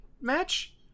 match